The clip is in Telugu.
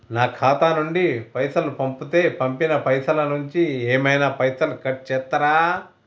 నా ఖాతా నుండి పైసలు పంపుతే పంపిన పైసల నుంచి ఏమైనా పైసలు కట్ చేత్తరా?